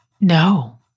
No